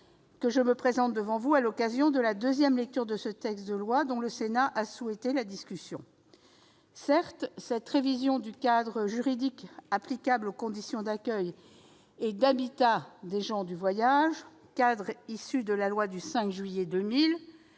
que je me présente devant vous à l'occasion de la deuxième lecture de cette proposition de loi, dont le Sénat a souhaité la discussion. Certes, cette révision du cadre juridique applicable aux conditions d'accueil et d'habitat des gens du voyage- cadre issu de la loi du 5 juillet 2000